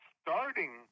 starting